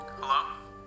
Hello